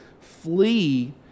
flee